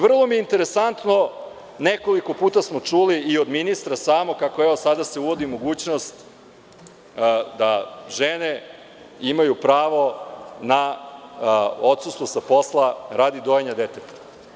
Vrlo mi je interesantno, nekoliko puta smo čuli i od ministra samog kako evo sada se uvodi mogućnost da žene imaju pravo na odsustvo sa posla radi dojenja deteta.